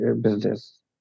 business